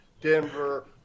denver